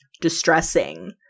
distressing